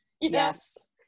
Yes